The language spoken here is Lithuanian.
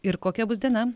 ir kokia bus diena